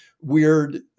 weird